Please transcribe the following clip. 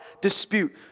dispute